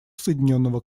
соединенного